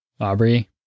Aubrey